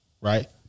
Right